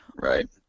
Right